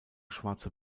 schwarze